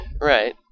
Right